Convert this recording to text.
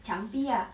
墙壁 ah